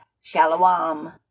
shalom